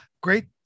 great